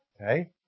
Okay